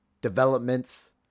developments